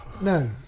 no